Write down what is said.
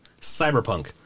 cyberpunk